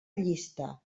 llista